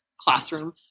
classroom